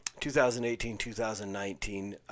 2018-2019